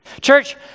Church